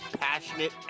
passionate